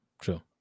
true